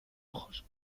ojos